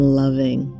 loving